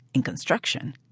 in construction,